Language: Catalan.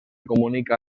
comunica